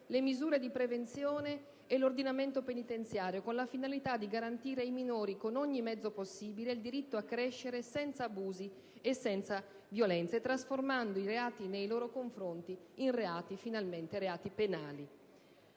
le misure di prevenzione e l'ordinamento penitenziario, con la finalità di garantire ai minori con ogni mezzo possibile il diritto a crescere senza abusi e senza violenze, trasformando i reati nei loro confronti finalmente in reati penali.